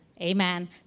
Amen